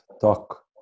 talk